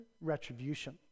retribution